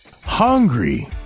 Hungry